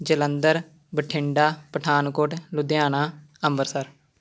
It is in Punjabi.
ਜਲੰਧਰ ਬਠਿੰਡਾ ਪਠਾਨਕੋਟ ਲੁਧਿਆਣਾ ਅੰਬਰਸਰ